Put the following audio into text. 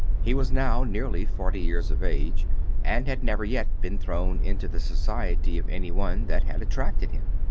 he was now nearly forty years of age and had never yet been thrown into the society of any one that had attracted him.